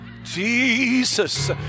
Jesus